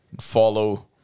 follow